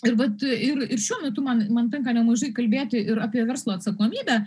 ir vat ir ir šiuo metu man man tenka nemažai kalbėti ir apie verslo atsakomybę